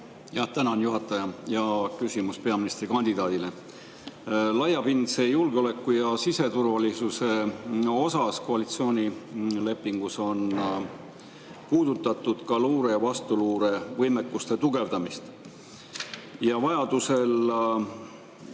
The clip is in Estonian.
Tänan, juhataja! Küsimus peaministrikandidaadile. Laiapindse julgeoleku ja siseturvalisuse osas on koalitsioonilepingus puudutatud ka luure‑ ja vastuluurevõimekuste tugevdamist. Vajaduse